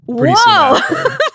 Whoa